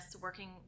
working